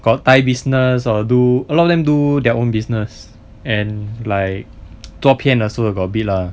got thai business or do a lot of them do their own business and like 做片的时候 also got a bit lah